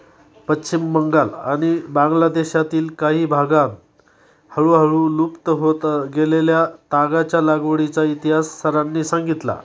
पश्चिम बंगाल आणि बांगलादेशातील काही भागांत हळूहळू लुप्त होत गेलेल्या तागाच्या लागवडीचा इतिहास सरांनी सांगितला